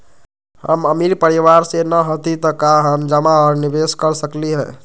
हम अमीर परिवार से न हती त का हम जमा और निवेस कर सकली ह?